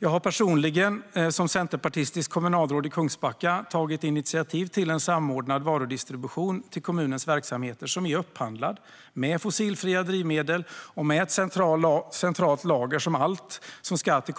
Jag har personligen som centerpartistiskt kommunalråd i Kungsbacka tagit initiativ till en samordnad varudistribution till kommunens verksamheter som är upphandlad med fossilfria drivmedel och med ett centralt lager som allt som ska till